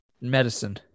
medicine